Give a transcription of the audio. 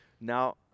now